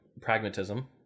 pragmatism